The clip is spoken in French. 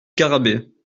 garrabet